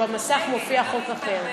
במסך מופיע חוק אחר.